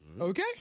Okay